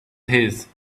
his